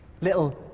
little